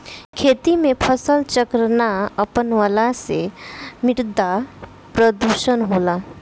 खेती में फसल चक्र ना अपनवला से मृदा प्रदुषण होला